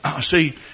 see